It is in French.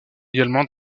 également